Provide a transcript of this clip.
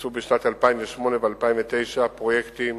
ביצעו בשנים 2008 ו-2009 פרויקטים